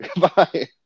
Goodbye